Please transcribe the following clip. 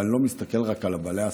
אבל אני לא מסתכל רק על בעלי העסקים.